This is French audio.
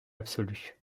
absolue